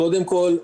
קודם כל,